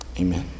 Amen